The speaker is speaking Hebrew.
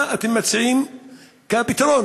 מה אתם מציעים כפתרון?